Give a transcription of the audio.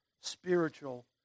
spiritual